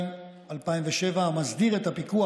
דבריו: אמרתם צהר,